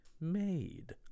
made